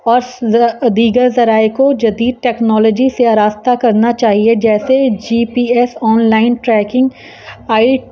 اور دیگر ذرائع کو جدید ٹیکنالوجی سے آراستہ کرنا چاہیے جیسے G P S online tracking آئی